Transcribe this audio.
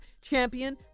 champion